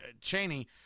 Cheney